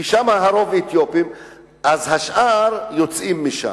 כי שם הרוב אתיופים ולכן השאר יוצאים משם.